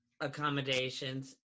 accommodations